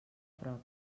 prop